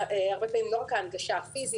הרבה פעמים זה לא רק ההנגשה הפיזית,